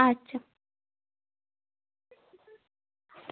আচ্ছা